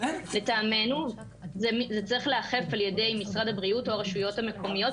לטעמנו זה צריך להיאכף על ידי משרד הבריאות או הרשויות המקומיות,